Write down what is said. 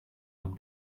het